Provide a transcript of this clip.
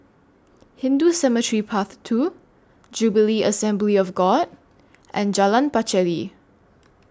Hindu Cemetery Path two Jubilee Assembly of God and Jalan Pacheli